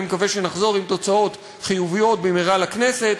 אני מקווה שנחזור עם תוצאות חיוביות במהרה לכנסת,